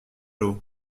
eau